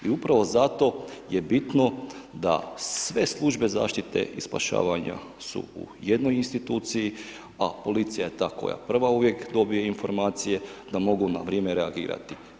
I upravo zato je bitno da sve službe zaštite i spašavanja su u jednoj instituciji a policija je ta koja prva uvijek dobije informacije da mogu na vrijeme reagirati.